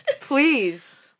please